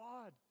God